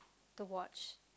to watch